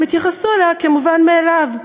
הם התייחסו אליה כמובן מאליו.